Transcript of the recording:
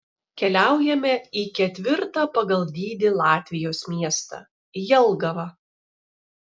keliaujame į ketvirtą pagal dydį latvijos miestą jelgavą